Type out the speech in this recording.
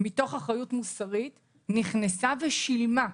מתוך אחריות מוסרית נכנסה ושילמה ,